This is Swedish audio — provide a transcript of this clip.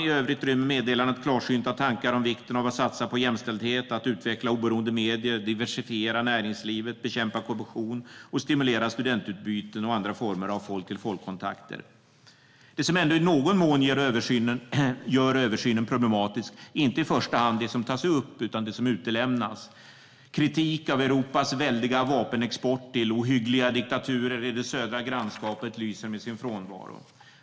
I övrigt rymmer meddelandet klarsynta tankar om vikten av att satsa på jämställdhet, utveckla oberoende medier, diversifiera näringslivet, bekämpa korruption och stimulera studentutbyten och andra former av folk-till-folk-kontakter. Det som ändå i någon mån gör översynen problematisk är inte i första hand det som tas upp utan det som utelämnas. Kritik av Europas väldiga vapenexport till ohyggliga diktaturer i det södra grannskapet lyser med sin frånvaro.